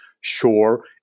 sure